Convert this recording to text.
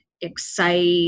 excite